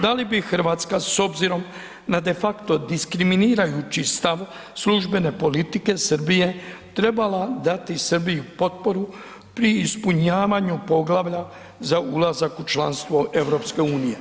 Da li bi RH s obzirom na de fakto diskriminirajući stav službene politike Srbije, trebala dati Srbiji potporu pri ispunjavanju poglavlja za ulazak u članstvo EU?